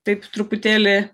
taip truputėlį